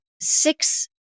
six